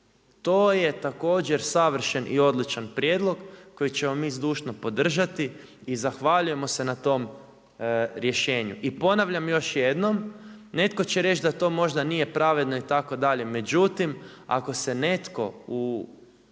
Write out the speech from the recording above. To je također savršen i odličan prijedlog koji ćemo mi zdušno podržati i zahvaljujemo se na tom rješenju. I ponavljam još jednom, netko će reć da to možda nije pravedno itd., međutim ako se netko u